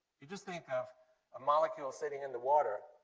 you just think of a molecule sitting in the water.